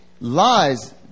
lies